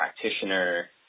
practitioner